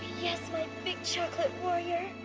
yes, my big chocolate warrior.